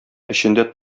эчендә